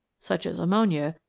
such as ammonia,